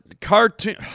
cartoon